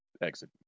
exit